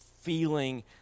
feeling